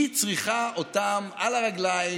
היא צריכה אותם על הרגליים,